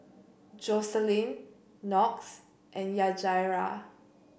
Joselin Knox and Yajaira